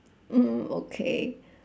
mm okay